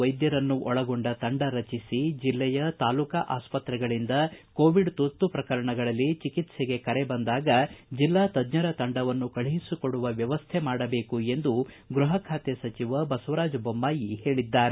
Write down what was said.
ವೈದ್ಯರಸ್ನೊಳಗೊಂಡ ತಂಡ ರಚಿಸಿ ಜಿಲ್ಲೆಯ ತಾಲೂಕಾ ಆಸ್ಪತ್ರೆಗಳಿಂದ ಕೋವಿಡ್ ತುರ್ತು ಪ್ರಕರಣಗಳಲ್ಲಿ ಚಿಕಿತ್ಸೆಗೆ ಕರೆ ಬಂದಾಗ ಜಿಲ್ಲಾ ತಜ್ಜರ ತಂಡವನ್ನು ಕಳುಹಿಸಿಕೊಡುವ ವ್ಯವಸ್ಥೆಮಾಡಬೇಕು ಎಂದು ಗೃಹ ಖಾತೆ ಸಚಿವ ಬಸವರಾಜ ಬೊಮ್ಮಾಯಿ ಹೇಳಿದ್ದಾರೆ